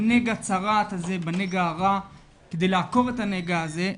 בנגע צרעת הזה, בנגע הרע כדי לעקור את הנגע הזה.